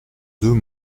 deux